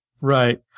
right